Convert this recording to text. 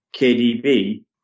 KDB